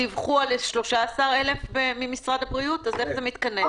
היום דיווחו במשרד הבריאות על 13,000. איך זה מתכנס?